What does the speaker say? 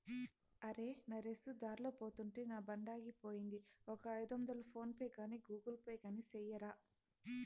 అరే, నరేసు దార్లో పోతుంటే నా బండాగిపోయింది, ఒక ఐదొందలు ఫోన్ పే గాని గూగుల్ పే గాని సెయ్యరా